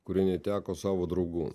kurie neteko savo draugų